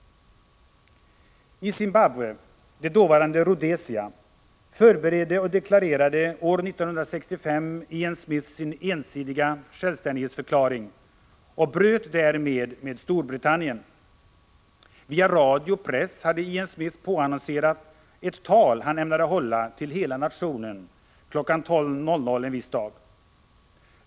I Zimbabwe — dåvarande Rhodesia — förberedde och deklarerade år 1965 Ian Smith sin ensidiga självständighetsförklaring och bröt därmed med Storbritannien. Via radio och press hade Ian Smith påannonserat ett tal han ämnade hålla till hela nationen kl. 12.00 en viss dag.